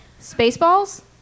Spaceballs